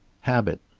habit.